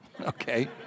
Okay